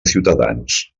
ciutadans